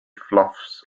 fluffs